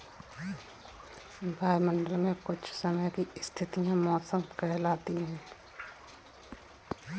वायुमंडल मे कुछ समय की स्थिति मौसम कहलाती है